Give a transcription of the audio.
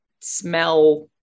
smell